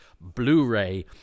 Blu-ray